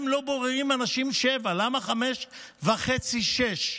למה 5.5 6?